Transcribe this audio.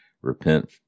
Repent